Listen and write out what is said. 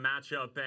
matchup